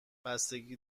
بستگی